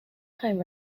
time